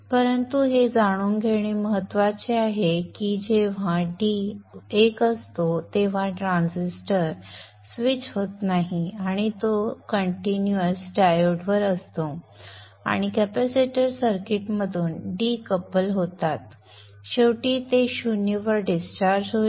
परंतु हे जाणून घेणे महत्त्वाचे आहे की जेव्हा d 1 असतो तेव्हा ट्रान्झिस्टर स्विच होत नाही आणि तो सतत डायोडवर असतो आणि कॅपेसिटर सर्किटमधून डीकपल होतात आणि शेवटी ते 0 वर डिस्चार्ज होईल